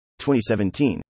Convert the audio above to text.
2017